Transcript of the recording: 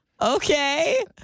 Okay